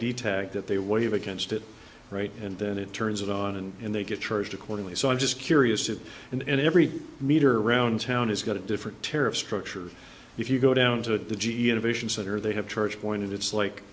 detect that they waive against it right and then it turns it on and they get charged accordingly so i'm just curious if in every meter around town has got a different tariff structure if you go down to the g e innovation center they have charge point it's like